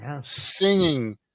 singing